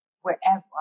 wherever